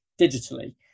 digitally